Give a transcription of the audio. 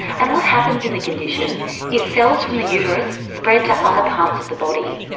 and what happens in the condition is cells from the uterus spread to other parts of the body.